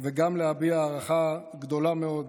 וגם להביע הערכה גדולה מאוד